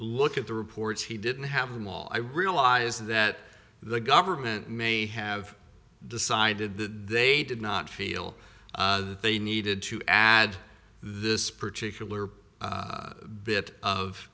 look at the reports he didn't have them all i realize that the government may have decided that they did not feel they needed to add this particular bit of